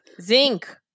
Zinc